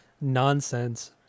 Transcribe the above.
nonsense